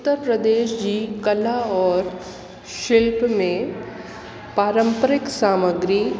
उत्तर प्रदेश जी कला और शिल्प में पारंपरिक सामग्री